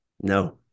No